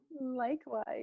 likewise